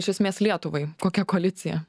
iš esmės lietuvai kokia koalicija